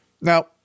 Now